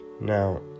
Now